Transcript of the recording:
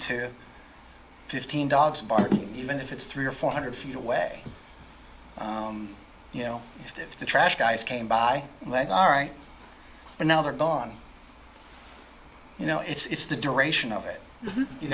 to fifteen dogs barking even if it's three or four hundred feet away you know if the trash guys came by led all right and now they're gone you know it's the duration of it you